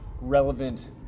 relevant